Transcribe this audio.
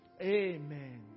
Amen